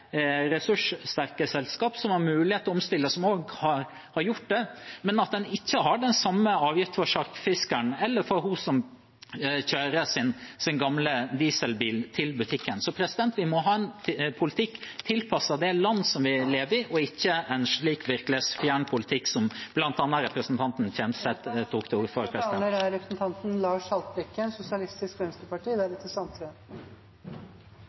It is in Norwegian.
har mulighet til å omstille, og som har gjort det, men en ikke har den samme avgiften for sjarkfiskeren eller for hun som kjører sin gamle dieselbil til butikken. Vi må ha en politikk tilpasset det landet vi lever i, og ikke en slik virkelighetsfjern politikk som bl.a. representanten Kjenseth tok til orde for.